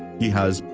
he has,